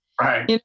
Right